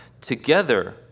together